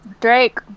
Drake